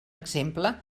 exemple